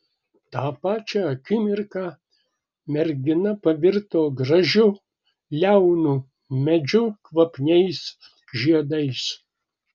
tą pačią akimirka mergina pavirto gražiu liaunu medžiu kvapniais žiedais